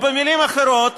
במילים אחרות,